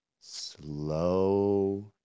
slow